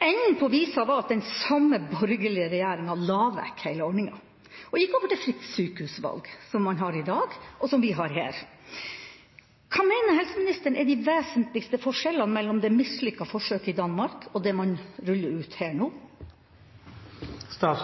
Enden på visa var at den samme borgerlige regjeringa la vekk hele ordninga og gikk over til fritt sykehusvalg, som man har i dag, og som vi har her. Hva mener helseministeren er de vesentligste forskjellene mellom det mislykkede forsøket i Danmark og det man ruller ut her nå? Den